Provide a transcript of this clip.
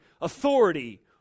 authority